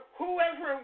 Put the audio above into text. whoever